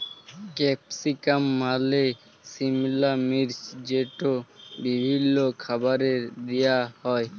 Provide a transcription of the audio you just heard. capsicum মালে সিমলা মির্চ যেট বিভিল্ল্য খাবারে দিঁয়া হ্যয়